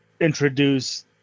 introduce